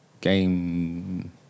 game